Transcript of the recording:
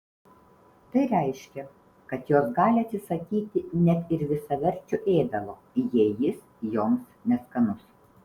tai reiškia kad jos gali atsisakyti net ir visaverčio ėdalo jei jis joms neskanus